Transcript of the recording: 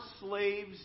slaves